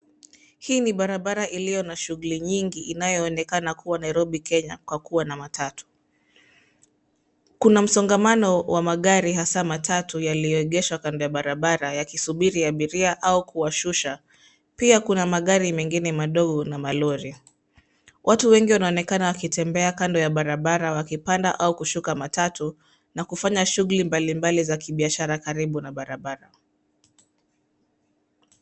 Hii ni barabara iliyo na shughuli nyingi inayoonekana kuwa Nairobi Kenya kwa kuwa na matatu. Kuna msongamano wa magari, hasaa matatu yaliyoegeshwa kando ya barabara yakisubiri abiria au kuwashusha. Pia kuna magari mengine madogo na malori. Watu wengi wanaonekana wakitembea kando ya barabara, wakipanda au kushuka matatu na kufanya shughuli mbali mbali za kibiashara karibu na barabara.